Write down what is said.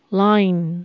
line